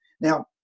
Now